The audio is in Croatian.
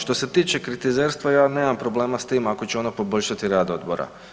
Što se tiče kritizerstva, ja nemam problema s tim ako će ono poboljšati rad odbora.